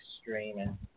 streaming